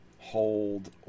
Hold